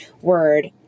word